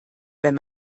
wenn